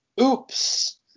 oops